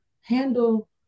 handle